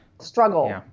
struggle